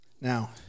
now